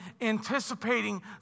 anticipating